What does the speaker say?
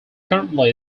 currently